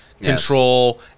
Control